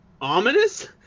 ominous